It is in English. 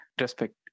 respect